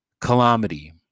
calamity